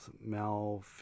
Mal